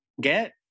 get